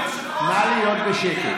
אומר לך?